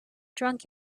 drunk